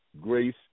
grace